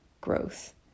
growth